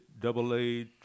double-a